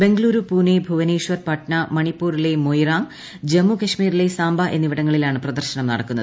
ബംഗളുരു പൂനൈ ഭുവനേശ്വർ പട്ന മണിപ്പൂരിലെ മൊയ്രാങ് ജമ്മു കശ്മീരിലെ സാംബ എന്നിവിടങ്ങളിലാണ് പ്രദർശനം നടക്കുന്നത്